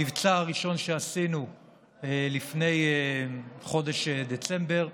במבצע הראשון שעשינו לפני חודש דצמבר,